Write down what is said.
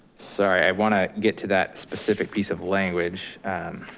sorry, i wanna get to that specific piece of language.